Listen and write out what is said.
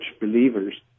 believers